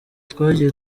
twagiye